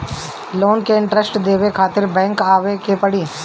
Loan के interest देवे खातिर बैंक आवे के पड़ी?